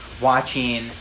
watching